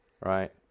right